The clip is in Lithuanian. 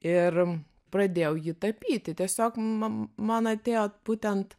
ir pradėjau jį tapyti tiesiog ma man atėjo būtent